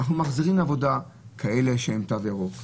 אנחנו מחזירים לעבודה כאלה שהם עם תו ירוק.